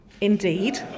Indeed